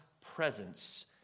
presence